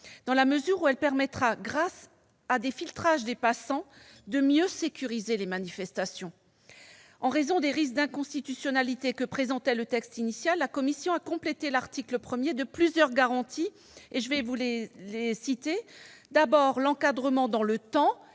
dans la mesure où elle permettra, grâce au filtrage des passants, de mieux sécuriser les manifestations. En raison des risques d'inconstitutionnalité que présentait le texte initial, la commission a complété l'article 1 de plusieurs garanties que je vais énumérer. Il y a d'abord l'encadrement dans le temps